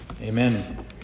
Amen